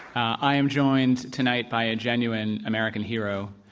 i am joined tonight by a genuine american hero.